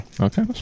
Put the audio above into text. Okay